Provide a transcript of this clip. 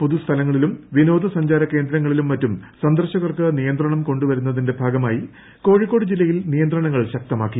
പൊതുസ്ഥലങ്ങളിലും വിനോദസഞ്ചാര കേന്ദ്രങ്ങളിലും മറ്റും സന്ദർശകർക്ക് നിയന്ത്രണം കൊണ്ടു വരുന്നതിന്റെ ഭാഗമായി കോഴിക്കോട് ജില്ലയിൽ നിയന്ത്രണങ്ങൾ ശക്തമാക്കി